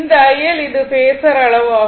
இந்த iL இது பேஸர் அளவு ஆகும்